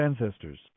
ancestors